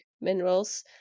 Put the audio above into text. minerals